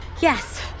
Yes